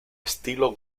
estilo